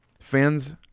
Fans